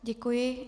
Děkuji.